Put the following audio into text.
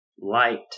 light